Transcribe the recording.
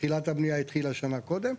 תחילת הבנייה התחילה שמה קודם.